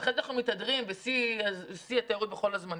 ואחר כך אנחנו מתהדרים בשיא התיירות בכל הזמנים.